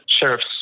sheriff's